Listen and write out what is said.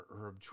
herb